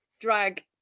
drag